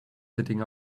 sitting